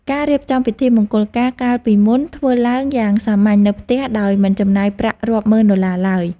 ការរៀបចំពិធីមង្គលការកាលពីមុនធ្វើឡើងយ៉ាងសាមញ្ញនៅផ្ទះដោយមិនចំណាយប្រាក់រាប់ម៉ឺនដុល្លារឡើយ។